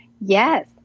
Yes